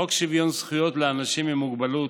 חוק שוויון זכויות לאנשים עם מוגבלות,